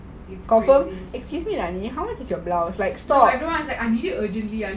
confirm excuse me ah ni hao how is your blouse